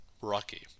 Rocky